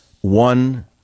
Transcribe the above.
one